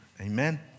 Amen